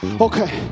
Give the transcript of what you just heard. okay